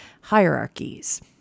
hierarchies